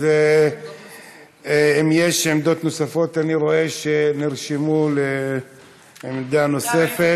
יש עמדות נוספות, אני רואה שנרשמו לעמדה נוספת.